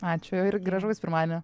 ačiū ir gražaus pirmadienio